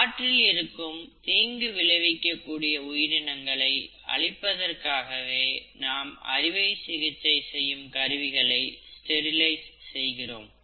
காற்றில் இருக்கும் தீங்கு விளைவிக்கக்கூடிய உயிரினங்களை அழிப்பதற்காகவே நாம் அறுவைசிகிச்சை செய்யும் கருவிகளை ஸ்டெரிலைஸ் செய்கிறோம்